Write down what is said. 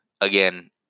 again